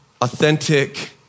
authentic